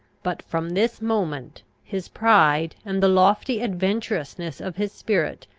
but from this moment, his pride, and the lofty adventurousness of his spirit,